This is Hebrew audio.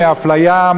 מאפליה,